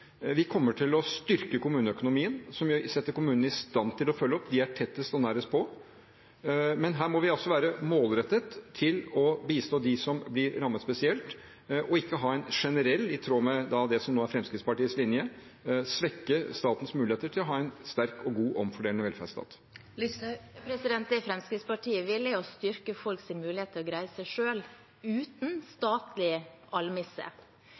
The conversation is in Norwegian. Vi kommer til å styrke kommuneøkonomien, som setter kommunene i stand til å følge opp. De er tettest og nærest på. Her må vi være målrettet i å bistå dem som blir rammet spesielt, ikke svekke generelt – i tråd med det som nå er Fremskrittspartiets linje – statens muligheter til å ha en sterk og god, omfordelende velferdsstat. Sylvi Listhaug – til oppfølgingsspørsmål. Det Fremskrittspartiet vil, er å styrke folks mulighet til å greie seg selv, uten